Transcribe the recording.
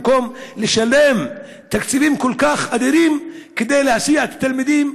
במקום לשלם תקציבים כל כך אדירים כדי להסיע את התלמידים,